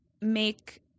make